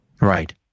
Right